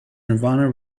nirvana